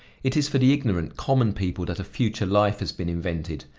it is for the ignorant, common people that a future life has been invented,